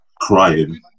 crying